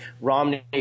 Romney